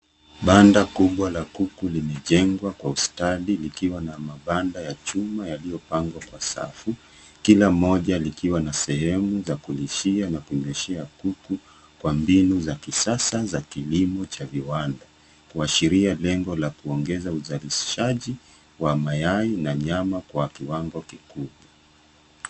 Banda kubwa la kuku limejengwa kwa ustadi likiwa na mabanda ya chuma yaliyopangwa kwa safu kila moja likiwa na sehemu za kulishia na kumlishia kuku kwa mbinu za kisasa za kilimo cha viwand, kuashiria lengo la kuongeza uzalishaji wa mayai na nyama kwa kiwango kikubwa.